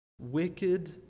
wicked